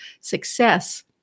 success